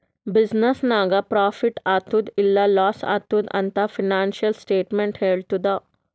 business ನಾಗ್ profit ಆತ್ತುದ್ ಇಲ್ಲಾ ಲಾಸ್ ಆತ್ತುದ್ ಅಂತ್ ಫೈನಾನ್ಸಿಯಲ್ ಸ್ಟೇಟ್ಮೆಂಟ್ ಹೆಳ್ತುದ್